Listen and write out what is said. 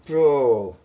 bro